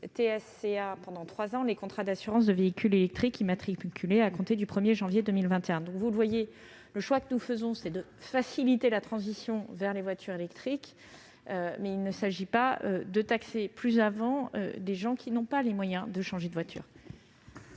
(TSCA), pendant trois ans, les contrats d'assurance des véhicules électriques immatriculés à compter du 1 janvier 2021. Vous le voyez, le choix que nous faisons est de faciliter la transition vers les voitures électriques. Il ne s'agit pas de taxer davantage des gens qui n'ont pas les moyens de changer de véhicule.